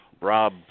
Rob